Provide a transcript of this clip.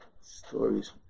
Stories